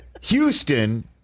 Houston